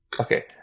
Okay